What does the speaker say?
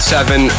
Seven